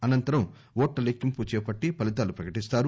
అనంతరం ఓట్ల లెక్కింపు చేపట్లి ఫలితాలు ప్రకటిస్తారు